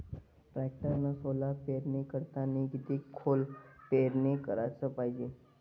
टॅक्टरनं सोला पेरनी करतांनी किती खोल पेरनी कराच पायजे?